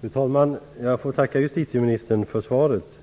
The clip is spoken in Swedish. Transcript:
Fru talman! Jag får tacka justitieministern för svaret.